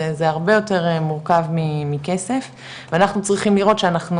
זה הרבה יותר מורכב מכסף ואנחנו צריכים לראות שאנחנו,